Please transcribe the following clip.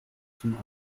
zum